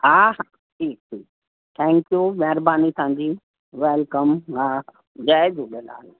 हा हा ठीकु ठीकु थैंक्यू महिरबानी तव्हांजी वेलकम हा जय झूलेलाल